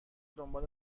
دنبال